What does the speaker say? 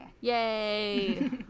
Yay